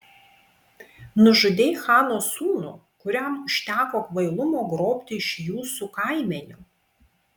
nužudei chano sūnų kuriam užteko kvailumo grobti iš jūsų kaimenių